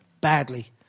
badly